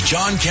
John